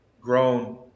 grown